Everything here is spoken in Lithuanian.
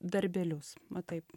darbelius va taip